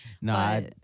No